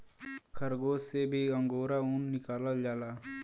खरगोस से भी अंगोरा ऊन निकालल जाला